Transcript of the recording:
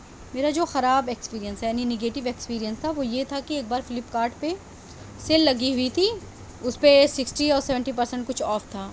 میرا جو خراب ایکسپیرینس ہے یعنی نگیٹیو ایکسپیرینس تھا وہ یہ تھا کہ ایک بار فلپ کارٹ پہ سیل لگی ہوئی تھی اُس پہ سکسٹی یا سیونٹی پرسنٹ کچھ آف تھا